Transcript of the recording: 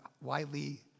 widely